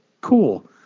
Cool